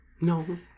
No